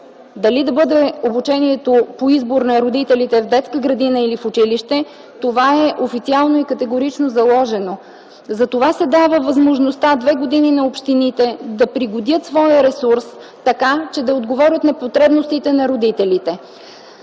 дали да бъде обучението по избор на родителите в детска градина или в училище – това е официално и категорично заложено. Затова се дава възможността на общините за две години да пригодят своя ресурс така, че да отговорят на потребностите на родителите.